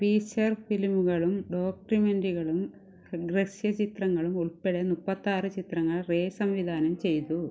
feature ഫിലിമുകളും ഡോക്യുമെൻടറികളും ഹ്രസ്വ ചിത്രങ്ങളും ഉൾപ്പെടെ മുപ്പത്താറ് ചിത്രങ്ങൾ റേ സംവിധാനം ചെയ്തു